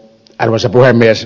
arvoisa puhemies